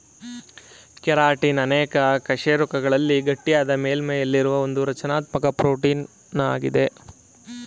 keratin ಅನೇಕ ಕಶೇರುಕಗಳಲ್ಲಿನ ಗಟ್ಟಿಯಾದ ಮೇಲ್ಮೈಯಲ್ಲಿರುವ ಒಂದುರಚನಾತ್ಮಕ ಪ್ರೋಟೀನಾಗಿದೆ